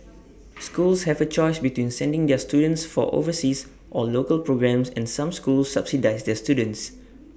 schools have A choice between sending their students for overseas or local programmes and some schools subsidise their students